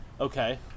Okay